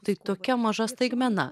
tai tokia maža staigmena